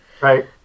right